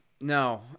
No